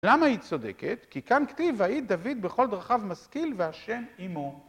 למה היא צודקת? כי כאן כתיב "ויהי דוד לכל דרכיו משכיל והשם עמו"